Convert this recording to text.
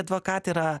advokatė yra